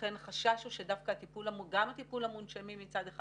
ולכן החשש הוא שגם טיפול המונשמים מצד אחד